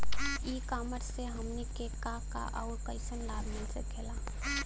ई कॉमर्स से हमनी के का का अउर कइसन लाभ मिल सकेला?